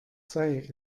sei